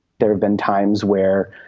there have been times where,